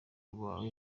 rwawe